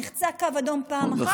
נחצה קו אדום פעם אחת,